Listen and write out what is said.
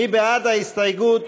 מי בעד ההסתייגות?